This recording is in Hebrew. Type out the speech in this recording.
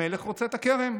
המלך רוצה את הכרם